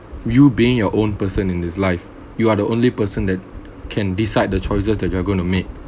you being your own person in this life you are the only person that can decide the choices that you are going to make